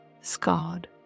scarred